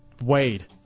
Wade